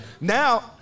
Now